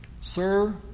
Sir